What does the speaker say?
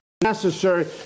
necessary